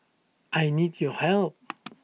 I need your help